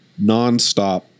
nonstop